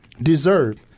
deserve